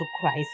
christ